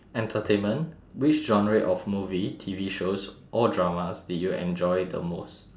entertainment which genre of movie T_V shows or dramas did you enjoy the most